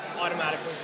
automatically